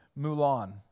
Mulan